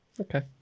Okay